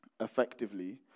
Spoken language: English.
effectively